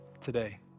today